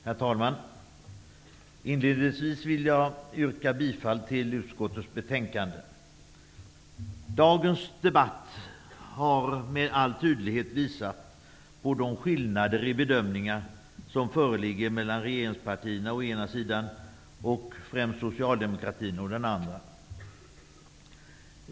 Herr talman! Inledningsvis vill jag yrka bifall till utskottets hemställan. Dagens debatt har med all tydlighet visat på de skillnader i bedömningar som föreligger mellan regeringspartierna å ena sidan och socialdemokratin å den andra.